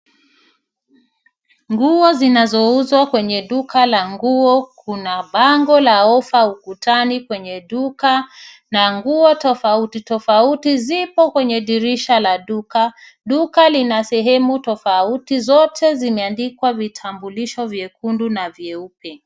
Nguozinazouzwa kwenye duka la nguo. Kuna bango la ofa ukutani kwenye duka na nguo tofautitofauti zipo kwenye dirisha la duka. Dukalina sehemu tofauti, zote zimeandikwa vitambulisho vyekundu na vyeupe.